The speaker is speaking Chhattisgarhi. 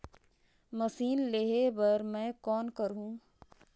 मशीन लेहे बर मै कौन करहूं?